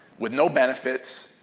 with no benefits,